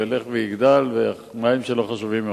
והוא ילך ויגדל והמים שלו חשובים מאוד.